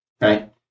right